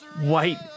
White